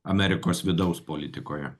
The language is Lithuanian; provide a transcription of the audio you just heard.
amerikos vidaus politikoje